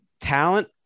talent